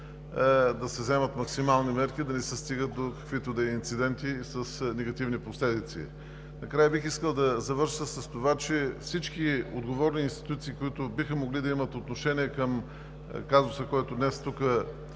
да се вземат максимални мерки да не се стига до каквито и да е инциденти с негативни последици. Бих искал да завърша с това, че всички отговорни институции, които биха могли да имат отношение към казуса, който днес